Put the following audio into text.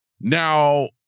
Now